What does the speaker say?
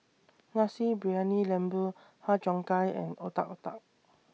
Nasi Briyani Lembu Har Cheong Gai and Otak Otak